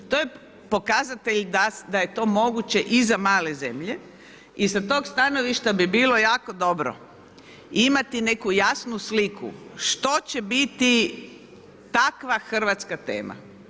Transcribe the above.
To je pokazatelj da je to moguće i za male zemlje i sa tog stanovišta bi bilo jako dobro imati neku jasnu sliku što će biti takva hrvatska tema.